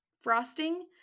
frosting